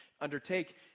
undertake